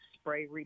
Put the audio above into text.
spray